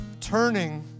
Turning